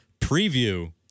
preview